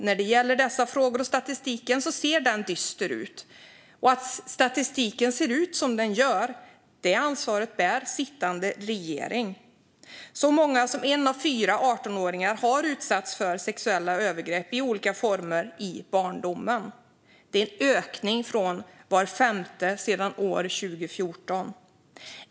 När det gäller dessa frågor ser statistiken dyster ut. Att statistiken ser ut som den gör bär den sittande regeringen ansvar för. Så många som en av fyra 18-åringar har utsatts för sexuella övergrepp i olika former i barndomen, och det är en ökning från var femte sedan 2014.